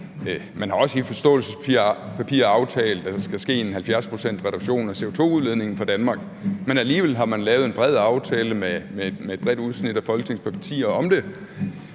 man har også i forståelsespapiret, at der skal ske en 70-procentsreduktion af CO2-udledningen i Danmark, men alligevel har man lavet en bred aftale med et bredt udsnit af Folketingets partier om det.